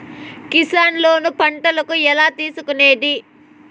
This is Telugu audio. కిసాన్ లోను పంటలకు ఎలా తీసుకొనేది?